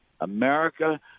America